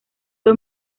dos